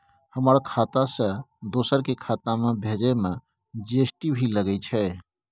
हमर खाता से दोसर के खाता में भेजै में जी.एस.टी भी लगैछे?